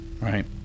Right